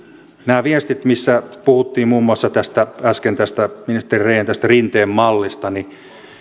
nämä viestit joista puhuttiin muun muassa äsken ministeri rehn tästä rinteen mallista